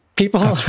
People